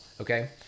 okay